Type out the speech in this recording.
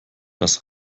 das